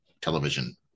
television